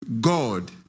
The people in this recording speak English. God